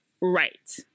Right